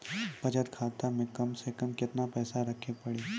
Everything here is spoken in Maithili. बचत खाता मे कम से कम केतना पैसा रखे पड़ी?